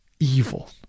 evil